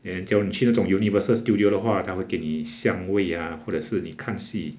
then 叫你去那种 universal studio 的话他会给你香味 ah 或者是你看戏